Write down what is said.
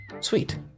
Sweet